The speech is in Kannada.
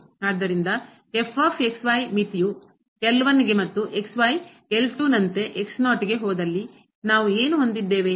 ಆದ್ದರಿಂದ ಮಿತಿಯು ಗೆ ಮತ್ತು ನಂತೆ ಗೆ ಹೋದಲ್ಲಿ ನಾವು ಏನು ಹೊಂದಿದ್ದೇವೆ